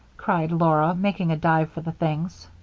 cried laura, making a dive for the things.